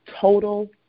total